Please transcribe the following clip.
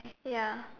ya